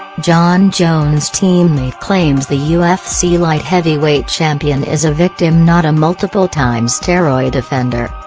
jon jones' teammate claims the ufc light heavyweight champion is a victim not a multiple-time steroid offender.